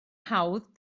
hawdd